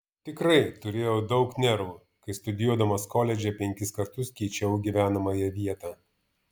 tikrai turėjau daug nervų kai studijuodamas koledže penkis kartus keičiau gyvenamąją vietą